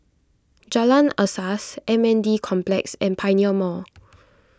Jalan Asas M N D Complex and Pioneer Mall